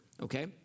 Okay